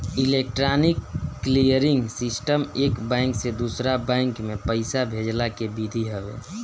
electronic clearing system एक bank से दूसरा बैंक में पईसा भेजला के विधि हवे